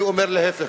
אני אומר, להיפך,